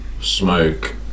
smoke